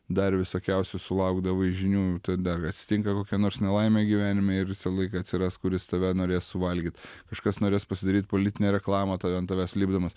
dar visokiausių sulaukdavai žinių tada atsitinka kokia nors nelaimė gyvenime ir visą laiką atsiras kuris tave norės suvalgyt kažkas norės pasidaryt politinę reklamą tave ant tavęs lipdamas